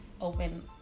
open